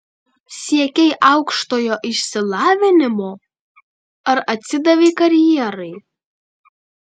siekei aukštojo išsilavinimo ar atsidavei karjerai